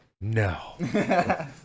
no